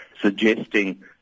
suggesting